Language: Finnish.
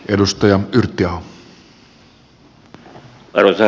arvoisa herra puhemies